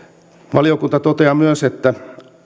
valiokunta toteaa myös että